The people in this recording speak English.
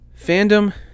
Fandom